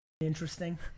interesting